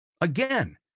Again